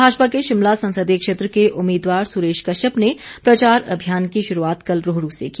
भाजपा के शिमला संसदीय क्षेत्र के उम्मीदवार सुरेश कश्यप ने प्रचार अभियान की शुरूआत कल रोहडू से की